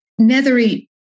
Nethery